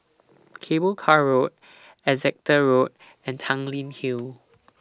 Cable Car Road Exeter Road and Tanglin Hill